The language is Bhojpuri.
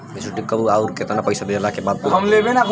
मेचूरिटि कब आउर केतना पईसा देहला के बाद पूरा होई?